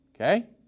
Okay